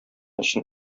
өчен